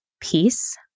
peace